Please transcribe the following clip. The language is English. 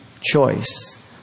choice